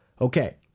Okay